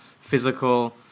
physical